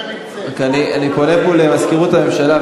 אני פונה פה למזכירות הממשלה,